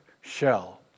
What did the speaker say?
shell